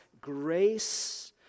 grace